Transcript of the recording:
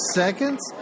seconds